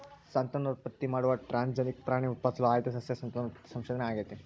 ಸಂತಾನೋತ್ಪತ್ತಿ ಮಾಡುವ ಟ್ರಾನ್ಸ್ಜೆನಿಕ್ ಪ್ರಾಣಿ ಉತ್ಪಾದಿಸಲು ಆಯ್ದ ಸಸ್ಯ ಸಂತಾನೋತ್ಪತ್ತಿ ಸಂಶೋಧನೆ ಆಗೇತಿ